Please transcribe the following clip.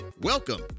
Welcome